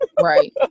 Right